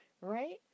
Right